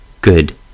good